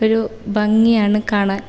ഒരു ഭംഗിയാണ് കാണാൻ